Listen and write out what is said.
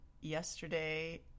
yesterday